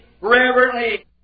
reverently